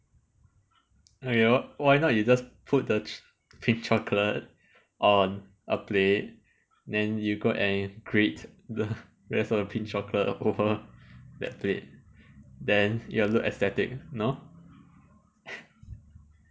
!aiyo! why not you just put the ch~ pink chocolate on a plate then you go and grate the rest of the pink chocolate over that plate then it'll look aesthetic no